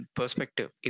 perspective